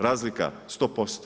Razlika 100%